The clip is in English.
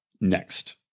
Next